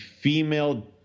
female